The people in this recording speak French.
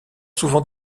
souvent